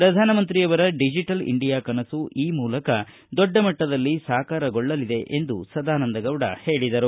ಪ್ರಧಾನಮಂತ್ರಿಯ digital India ಕನಸು ಈ ಮೂಲಕ ದೊಡ್ಡ ಮಟ್ಟದಲ್ಲಿ ಸಾಕಾರಗೊಳ್ಳಲಿದೆ ಎಂದು ಸದಾನಂದಗೌಡ ಹೇಳದರು